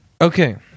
Okay